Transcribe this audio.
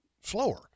slower